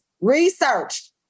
research